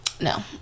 No